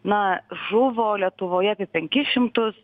na žuvo lietuvoje apie penkis šimtus